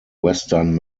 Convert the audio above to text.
western